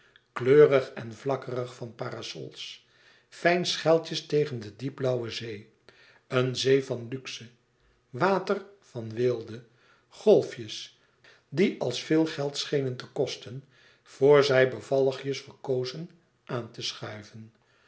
kleurig en vlakkerig van parasols fijn scheltjes tegen de diep blauwe zee een zee van luxe water van weelde golfjes die als veel geld schenen te kosten vr zij bevalligjes verkozen aan te schuiven